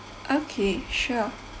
okay sure